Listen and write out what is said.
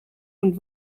und